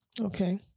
okay